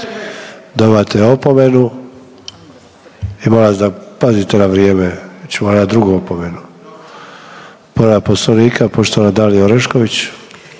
Dobivate opomenu. I molim vas da pazite na vrijeme jer ću vam dat drugu opomenu. Povreda Poslovnika, poštovana Dalija Orešković.